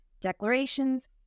declarations